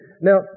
Now